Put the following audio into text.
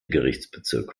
gerichtsbezirk